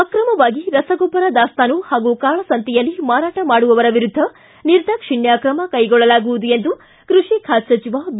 ಅಕ್ರಮವಾಗಿ ರಸಗೊಬ್ಬರ ದಾಸ್ತಾನು ಹಾಗೂ ಕಾಳಸಂತೆಯಲ್ಲಿ ಮಾರಾಟ ಮಾಡುವವರ ವಿರುದ್ಧ ನಿರ್ದಾಕ್ಷಣ್ಯ ತ್ರಮ ಕೈಗೊಳ್ಳಲಾಗುವುದು ಎಂದು ಕೃಷಿ ಖಾತೆ ಸಚಿವ ಬಿ